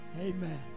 Amen